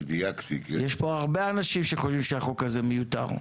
יש פה הרבה אנשים שחושבים שהחוק הזה מיותר,